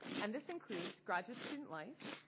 and this includes graduate student life,